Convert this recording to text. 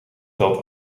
telt